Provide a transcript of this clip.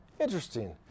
Interesting